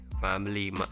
family